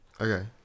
Okay